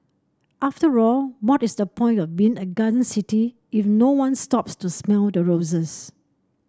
after all what is the point of being a garden city if no one stops to smell the roses